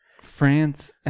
France